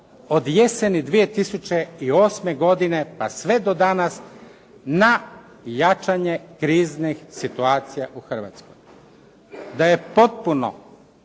od jeseni 2008. godine pa sve do danas na jačanje kriznih situacija u Hrvatskoj. Da je potpuno